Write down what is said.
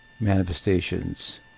manifestations